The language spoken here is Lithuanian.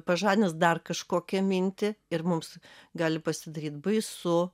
pažadins dar kažkokią mintį ir mums gali pasidaryt baisu